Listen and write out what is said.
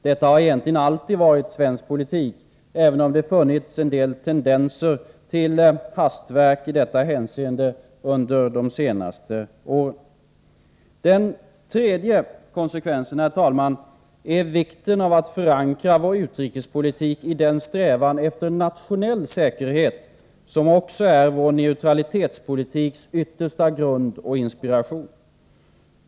Detta har egentligen alltid varit svensk politik, även om det har funnits en del tendenser till hastverk i detta hänseende under de senaste åren. En tredje konsekvens, herr talman, är vikten av att förankra vår utrikespolitik i den strävan efter nationell säkerhet som också är vår neutralitetspolitiks yttersta grund och inspiration.